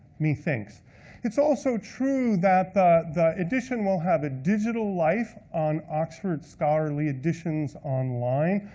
methinks. it's also true that the the edition will have a digital life on oxford scholarly editions online,